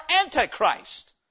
antichrist